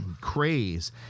craze